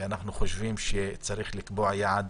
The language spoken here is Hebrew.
ואנחנו חושבים שצריך לקבוע יעד